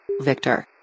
Victor